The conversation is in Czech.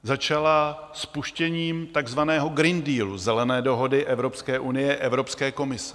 Začala spuštěním takzvaného Green Dealu, Zelené dohody Evropské unie, Evropské komise.